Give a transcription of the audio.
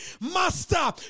master